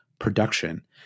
production